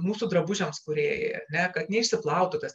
mūsų drabužiams kurie ar ne kad neišsiplautų tas